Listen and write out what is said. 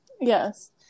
yes